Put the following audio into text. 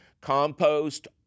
compost